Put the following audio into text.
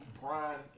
Brian